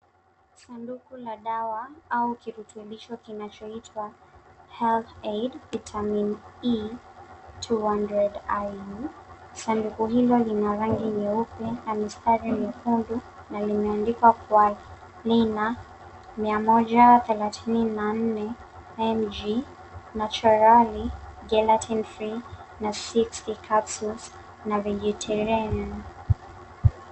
Sanduku la dawa au kirutumbisho kinacho itwa Health Aid Vitamin E 200 IU . Sanduku hilo lina rangi nyeupe na mistari nyekundu na lime andikwa kuwa lina mia moja thelathini na nne ng nachorali geliten free na 60 capsules na vegetarian.